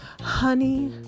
honey